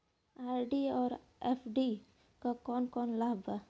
RD और FD क कौन कौन लाभ बा?